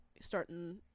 starting